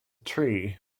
tree